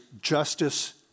justice